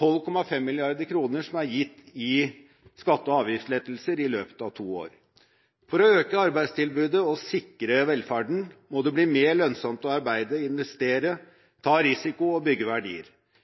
12,5 mrd. kr som er gitt i skatte- og avgiftslettelser i løpet av to år. For å øke arbeidstilbudet og sikre velferden må det bli mer lønnsomt å arbeide, investere, ta risiko og bygge verdier.